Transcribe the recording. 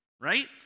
right